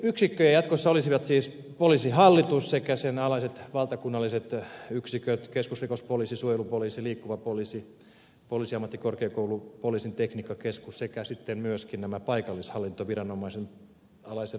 poliisiyksikköjä jatkossa olisivat siis poliisihallitus sekä sen alaiset valtakunnalliset yksiköt keskusrikospoliisi suojelupoliisi liikkuva poliisi poliisiammattikorkeakoulu poliisin tekniikkakeskus sekä sitten myöskin nämä paikallishallintoviranomaisen alaiset poliisilaitokset